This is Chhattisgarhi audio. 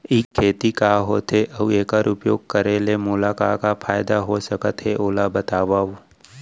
ई खेती का होथे, अऊ एखर उपयोग करे ले मोला का का फायदा हो सकत हे ओला बतावव?